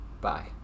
Bye